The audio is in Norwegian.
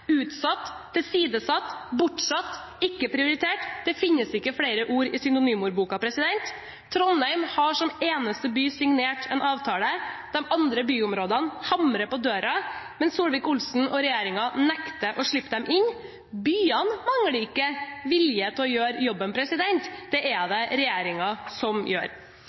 utsatt, tilsidesatt, bortsatt, ikke prioritert – det finnes ikke flere ord i synonymordboken. Trondheim har som eneste by signert en avtale. De andre byområdene hamrer på døren, men Solvik-Olsen og regjeringen nekter å slippe dem inn. Byene mangler ikke vilje til å gjøre jobben. Det er det regjeringen som gjør.